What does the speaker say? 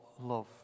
love